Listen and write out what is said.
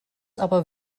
aber